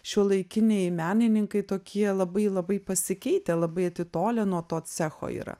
šiuolaikiniai menininkai tokie labai labai pasikeitę labai atitolę nuo to cecho yra